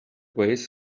ways